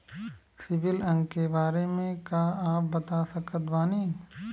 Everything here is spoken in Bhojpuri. सिबिल अंक के बारे मे का आप बता सकत बानी?